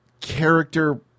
character